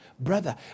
brother